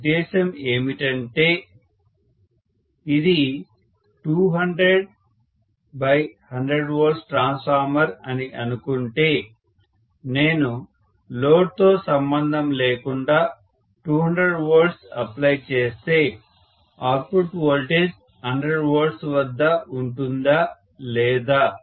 మన ఉద్దేశ్యం ఏమిటంటే ఇది 200100 V ట్రాన్స్ఫార్మర్ అని అనుకుంటే నేను లోడ్ తో సంబంధం లేకుండా 200V అప్లై చేస్తే అవుట్పుట్ వోల్టేజ్ 100 V వద్ద ఉంటుందా లేదా